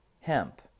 hemp